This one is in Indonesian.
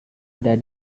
ada